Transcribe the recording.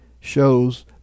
shows